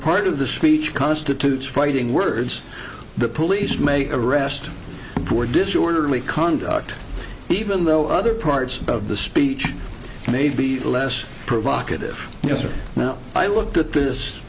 part of the speech constitutes fighting words the police make arrest for disorderly conduct even though other parts of the speech may be less provocative yes or no i looked at this